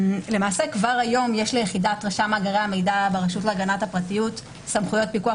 כבר היום יש ליחידת רשם מאגרי המידע ברשות להגנת הפרטיות סמכויות פיקוח